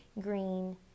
Green